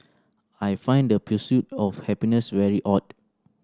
I find the pursuit of happiness very odd